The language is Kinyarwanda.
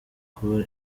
kuba